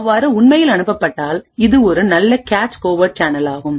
அவ்வாறுஉண்மையில் அனுப்பப்பட்டால் இது ஒரு நல்ல கேச் கோவர்ட் சேனலாகும்